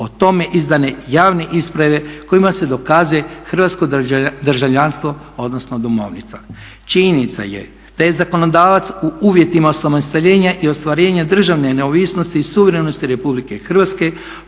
o tome izdane javne isprave kojima se dokazuje hrvatsko državljanstvo odnosno domovnica. Činjenica je da je zakonodavac u uvjetima osamostaljenja i ostvarenja državne neovisnosti i suverenosti RH poklanjajući